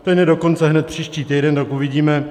Ten je dokonce hned příští týden, tak uvidíme.